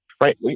Right